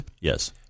Yes